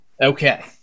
Okay